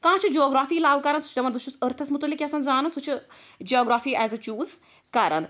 کانٛہہ چھُ geography love کان سُہ چھُ دپان بہٕ چھُس أرتھَس متعلق یَژھان زانُن سُہ چھُ جیوگرٛافی ایز اےٚ چیٛوٗز کران